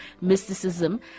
mysticism